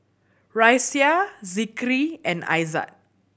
Raisya Zikri and Aizat